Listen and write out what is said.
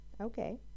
okay